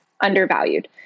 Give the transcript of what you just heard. undervalued